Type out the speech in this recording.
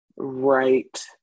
right